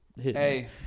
Hey